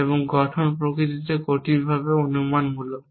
এবং গঠন প্রকৃতিতে কঠিনভাবে অনুমানমূলক